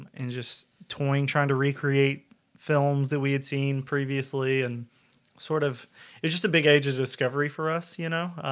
and just toying trying to recreate films that we had seen previously and sort of it's just a big age of discovery for us, you know